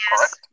Yes